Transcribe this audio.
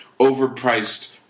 overpriced